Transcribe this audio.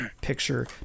picture